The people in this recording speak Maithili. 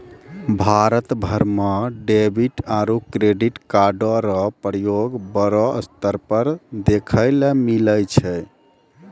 भारत भर म डेबिट आरू क्रेडिट कार्डो र प्रयोग बड़ो स्तर पर देखय ल मिलै छै